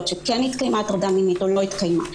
שכן התקיימה הטרדה מינית או לא התקיימה.